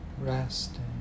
Resting